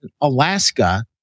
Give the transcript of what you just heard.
Alaska